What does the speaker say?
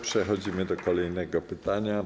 Przechodzimy do kolejnego pytania.